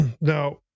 Now